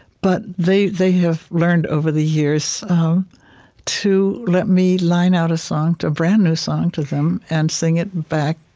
but they they have learned over the years to let me line out a song, a brand new song to them, and sing it back,